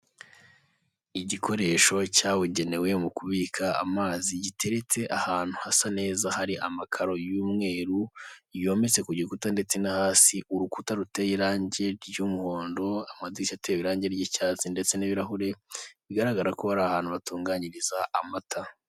Igikoresho cyabugenewe mu kubika amazi giteretse ahantu hasa neza hari amakaro y'umweru yometse ku gikuta ndetse no hasi urukuta ruteye irangi ry'umuhondo amadirishya atewe irangi ry'icyatsi ndetse n'ibirahure, bigaragara ko hari ahantu batunganyiriza amata.